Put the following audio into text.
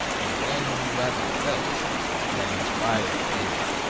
and one who rather felt than inspired fear.